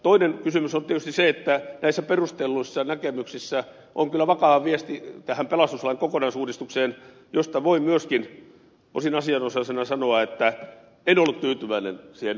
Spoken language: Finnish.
toinen kysymys on tietysti se että näissä perustelluissa näkemyksissä on kyllä vakava viesti tähän pelastuslain kokonaisuudistukseen josta voi myöskin osin asianosaisena sanoa että en ollut tyytyväinen sen valmisteluvauhtiin